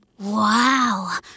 Wow